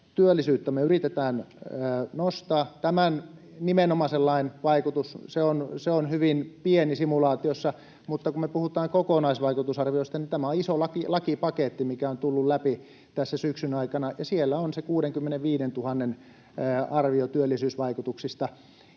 työllisyyttä me yritetään nostaa. Tämän nimenomaisen lain vaikutus on hyvin pieni simulaatiossa, mutta kun me puhutaan kokonaisvaikutusarviosta, niin tämä on iso lakipaketti, mikä on tullut läpi tässä syksyn aikana, ja siellä on se 65 000:n arvio työllisyysvaikutuksista.